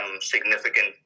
significant